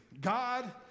God